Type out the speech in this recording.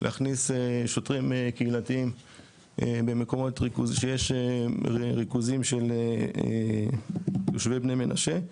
להכניס שוטרים קהילתיים במקומות שיש ריכוזים של יושבי בני מנשה.